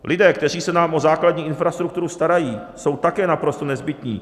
Lidé, kteří se nám o základní infrastrukturu starají, jsou také naprosto nezbytní.